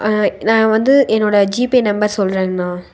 நான் வந்து என்னோடய ஜிபே நம்பர் சொல்றேங்கண்ணா